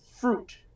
fruit